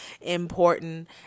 important